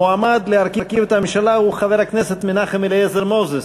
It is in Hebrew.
המועמד להרכיב את הממשלה הוא חבר הכנסת מנחם אליעזר מוזס.